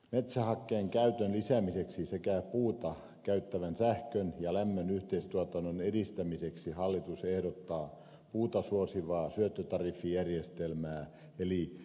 metsähakkeen käytön lisäämiseksi sekä puuta käyttävän sähkön ja lämmön yhteistuotannon edistämiseksi hallitus ehdottaa puuta suosivaa syöttötariffijärjestelmää eli tuotantotukea